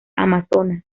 amazonas